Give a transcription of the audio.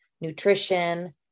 nutrition